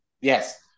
Yes